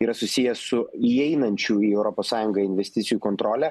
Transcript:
yra susijęs su įeinančių į europos sąjungą investicijų kontrole